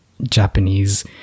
Japanese